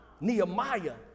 Nehemiah